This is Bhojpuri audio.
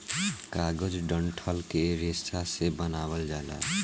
कागज डंठल के रेशा से बनावल जाला